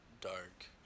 dark